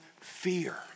fear